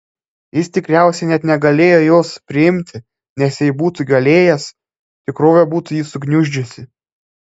jis tikriausiai net negalėjo jos priimti nes jei būtų galėjęs tikrovė būtų jį sugniuždžiusi